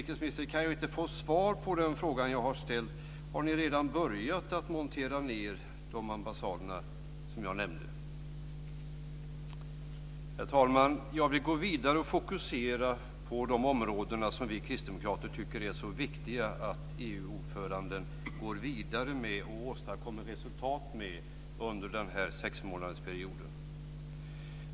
Kan jag inte, utrikesministern, få svar på den fråga jag har ställt: Har ni redan börjat att montera ned de ambassader som jag nämnde? Herr talman! Jag vill gå vidare och fokusera på de områden som vi kristdemokrater tycker är så viktiga att EU-ordföranden går vidare med och åstadkommer resultat med under den här sexmånadersperioden.